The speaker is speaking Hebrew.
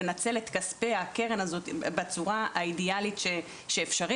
לנצל את כספי הקרן הזאת בצורה הכי אידאלית שאפשר.